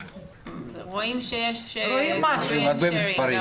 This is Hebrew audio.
רואים שיש screen sharing,